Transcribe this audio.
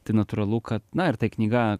tai natūralu kad na ir ta knyga